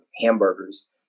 hamburgers